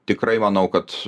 tikrai manau kad